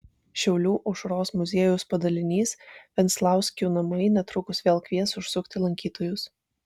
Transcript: šiaulių aušros muziejaus padalinys venclauskių namai netrukus vėl kvies užsukti lankytojus